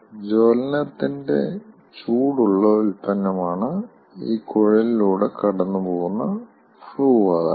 ജ്വലനത്തിന്റെ ചൂടുള്ള ഉൽപന്നമാണ് ഈ കുഴലിലൂടെ കടന്നുപോകുന്ന ഫ്ലൂ വാതകം